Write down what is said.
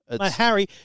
Harry